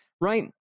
right